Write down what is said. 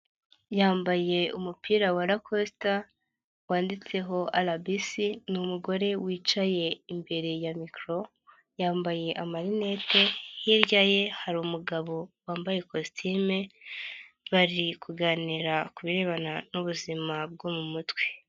Yambaye umupira wa Lacosta, wanditseho RBC, nI umugore wicaye imbere ya mikoro, yambaye amarinete, hirya ye hari umugabo wambaye ikositimu, bari kuganira ku birebana n'ubuzima bwo mu mutwe.